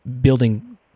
building